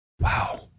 Wow